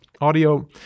audio